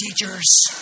teachers